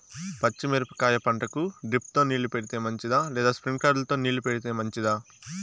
పచ్చి మిరపకాయ పంటకు డ్రిప్ తో నీళ్లు పెడితే మంచిదా లేదా స్ప్రింక్లర్లు తో నీళ్లు పెడితే మంచిదా?